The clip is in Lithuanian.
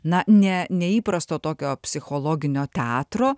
na ne neįprasto tokio psichologinio teatro